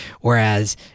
Whereas